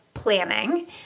Planning